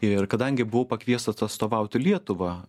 ir kadangi buvau pakviestas atstovauti lietuvą